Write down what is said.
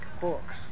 books